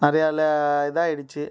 நிறையா இல்லை இதோ ஆயிடிச்சு